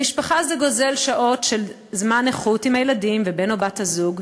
למשפחה זה גוזל שעות של זמן איכות עם הילדים ובן או בת הזוג,